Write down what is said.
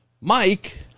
Mike